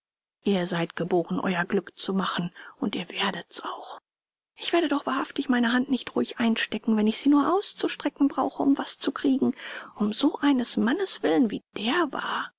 ihr seid geboren euer glück zu machen und ihr werdet's auch ich werde doch wahrhaftig meine hand nicht ruhig einstecken wenn ich sie nur auszustrecken brauche um was zu kriegen um so eines mannes willen wie der war